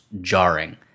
jarring